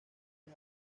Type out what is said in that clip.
los